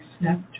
accept